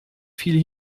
viel